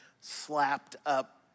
slapped-up